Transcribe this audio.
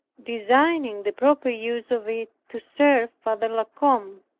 designing the proper use of it to serve father la combe.